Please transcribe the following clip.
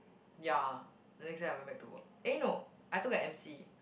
ya the next day I went back to work eh no I took a M_C